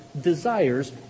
desires